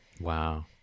Wow